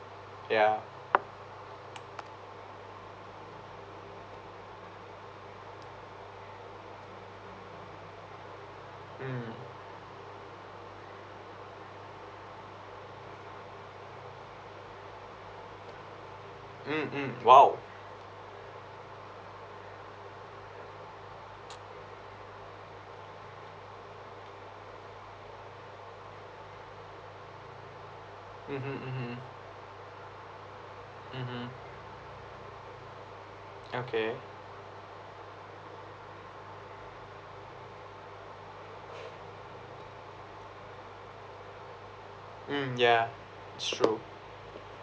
ya mm mm mm !wow! mmhmm mmhmm mmhmm okay mm ya it's true